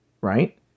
right